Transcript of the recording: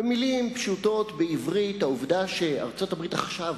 במלים פשוטות, בעברית, העובדה שארצות-הברית עכשיו